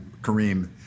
Kareem